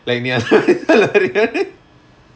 like me